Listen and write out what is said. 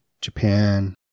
Japan